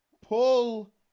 Pull